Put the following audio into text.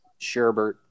Sherbert